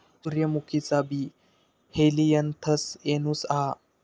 सूर्यमुखीचा बी Helianthus annuus हा